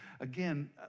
Again